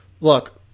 Look